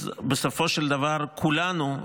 בסופו של דבר כולנו,